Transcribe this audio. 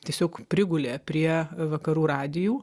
tiesiog prigulė prie vakarų radijų